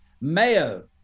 mayo